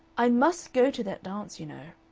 i must go to that dance, you know.